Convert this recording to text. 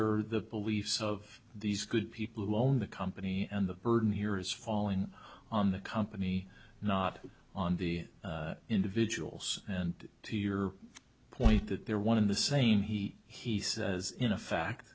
are the beliefs of these good people who own the company and the burden here is falling on the company not on the individuals and to your point that they're one in the same he he says in